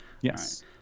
Yes